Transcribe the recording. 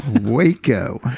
Waco